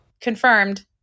confirmed